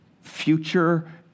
future